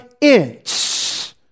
inch